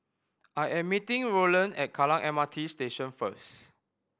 I am meeting Rowland at Kallang M R T Station first